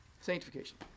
Sanctification